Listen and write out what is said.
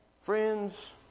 Friends